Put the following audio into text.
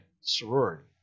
Sorority